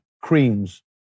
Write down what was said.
creams